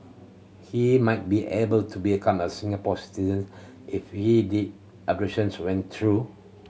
he might be able to become a Singapore citizen if he the went through